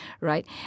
right